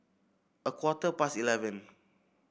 a quarter past eleven